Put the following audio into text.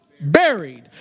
buried